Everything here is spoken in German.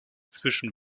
zwischen